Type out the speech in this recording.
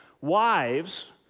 wives